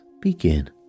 begin